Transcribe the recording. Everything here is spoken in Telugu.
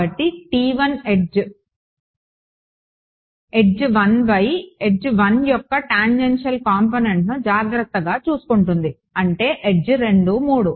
కాబట్టి ఎడ్జ్ 1 బై ఎడ్జ్ 1 యొక్క టాంజెన్షియల్ కాంపోనెంట్ను జాగ్రత్తగా చూసుకుంటుంది అంటే ఎడ్జ్ 2 3